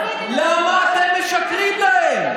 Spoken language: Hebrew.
למה אתם משקרים להם?